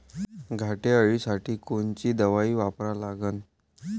घाटे अळी साठी कोनची दवाई वापरा लागन?